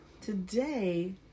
Today